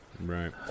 right